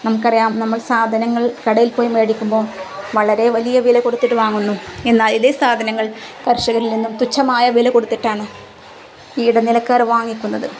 നമുക്കറിയാം നമ്മൾ സാധനങ്ങൾ കടയിൽ പോയി മേടിക്കുമ്പോള് വളരെ വലിയ വില കൊടുത്തിട്ട് വാങ്ങുന്നു എന്നാൽ ഇതേ സാധനങ്ങൾ കർഷകരിൽ നിന്നും തുച്ഛമായ വില കൊടുത്തിട്ടാണ് ഈ ഇടനിലക്കാര് വാങ്ങിക്കുന്നത്